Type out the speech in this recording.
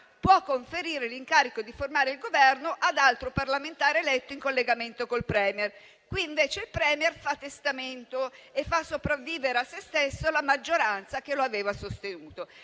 può conferire l'incarico di formare il Governo ad altro parlamentare eletto in collegamento col *Premier*. Qui, invece, il *Premier* fa testamento e fa sopravvivere a se stesso la maggioranza che lo aveva sostenuto.